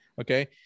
okay